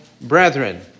brethren